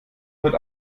heute